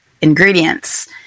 ingredients